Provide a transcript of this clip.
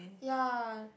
ya